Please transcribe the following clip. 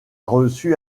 reçu